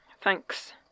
thanks